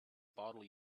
bottle